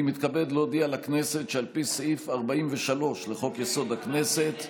אני מתכבד להודיע לכנסת שעל פי סעיף 43 לחוק-יסוד: הכנסת,